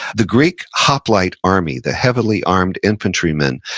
the greek hoplite army. the heavily armed infantry men,